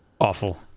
Awful